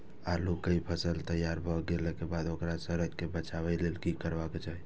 आलू केय फसल तैयार भ गेला के बाद ओकरा सड़य सं बचावय लेल की करबाक चाहि?